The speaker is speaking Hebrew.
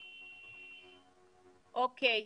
אוקיי,